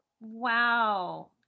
Wow